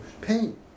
Pain